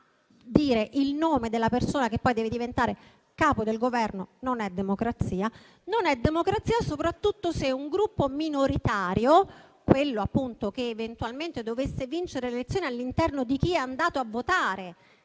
dire il nome della persona che poi dovrà diventare capo del Governo non è democrazia. Non è democrazia soprattutto se un gruppo minoritario, quello appunto che eventualmente dovesse vincere le elezioni all'interno di chi è andato a votare,